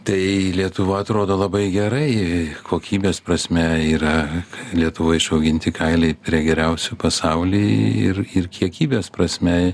tai lietuva atrodo labai gerai kokybės prasme yra lietuvoj išauginti kailiai prie geriausių pasauly ir ir kiekybės prasme